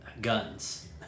guns